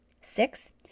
Six